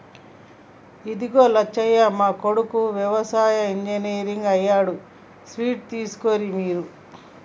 ఇదిగో లచ్చయ్య మా కొడుకు యవసాయ ఇంజనీర్ అయ్యాడు స్వీట్స్ తీసుకోర్రి మీరు